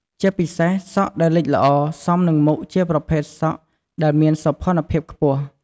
ជាពិសេសសក់ដែលលិចល្អសមនឹងមុខជាប្រភេទសក់ដែលមានសោភ័ណភាពខ្ពស់។